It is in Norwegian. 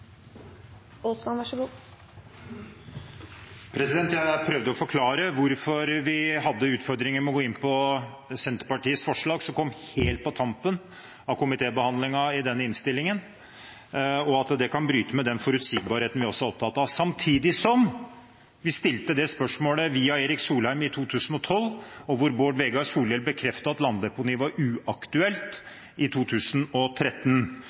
å forklare hvorfor vi hadde utfordringer med å gå inn på Senterpartiets forslag som kom helt på tampen av komitébehandlingen av denne innstillingen, og at det kan bryte med den forutsigbarheten som vi også er opptatt av. Vi stilte også dette spørsmålet via Erik Solheim i 2012, og hvor Bård Vegar Solhjell bekreftet at landdeponi var uaktuelt i 2013.